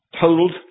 totaled